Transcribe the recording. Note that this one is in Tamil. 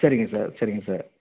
சரிங்க சார் சரிங்க சார்